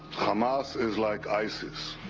hamas is like isis,